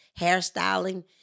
hairstyling